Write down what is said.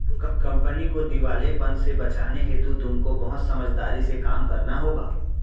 company को दिवालेपन से बचाने हेतु तुमको बहुत समझदारी से काम करना होगा